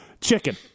chicken